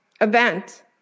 event